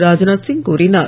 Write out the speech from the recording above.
ராத்நாத் சிய் கூறினார்